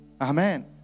amen